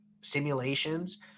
simulations